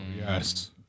yes